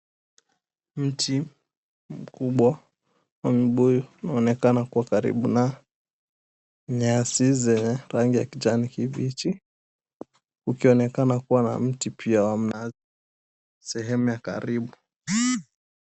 Miti mkubwa wa mabuyu unaonekana kua karibu na nyasi zenye rangi ya kijani kibichi, ukionekana pia kukiwa na miti wa mnazi sehemu ya karibu.